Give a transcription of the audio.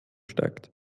steigt